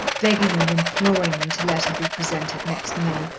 begging and imploring them to let her be presented next may,